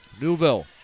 Newville